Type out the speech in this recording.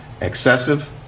excessive